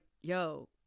yo